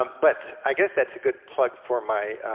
um but, i guess that's a good plug for my,